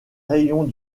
rayons